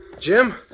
Jim